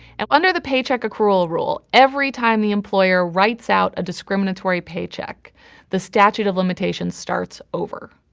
and under the paycheck accrual rule, every time the employer writes out a discriminatory paycheck the statute of limitations starts over.